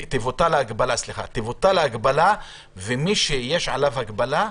תבוטל ההגבלה, ומי יש עליו הגבלה,